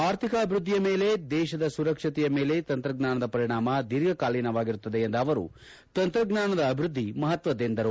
ಆರ್ಥಿಕ ಅಭಿವ್ದದ್ಲಿಯ ಮೇಲೆ ಮತ್ತು ದೇಶದ ಸುರಕ್ಷತೆಯ ಮೇಲೆ ತಂತ್ರಜ್ಞಾನದ ಪರಿಣಾಮ ದೀರ್ಘಕಾಲೀನವಾಗಿರುತ್ತದೆ ಎಂದ ಅವರು ತಂತ್ರಜ್ಞಾನದ ಅಭಿವೃದ್ದಿ ಮಹತ್ವದ್ದೆಂದರು